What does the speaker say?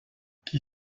qui